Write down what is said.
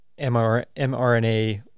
mRNA